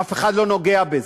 אף אחד לא נוגע בזה.